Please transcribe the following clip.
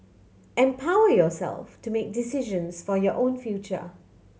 empower yourself to make decisions for your own future